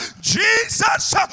Jesus